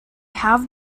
have